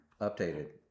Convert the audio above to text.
updated